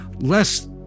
less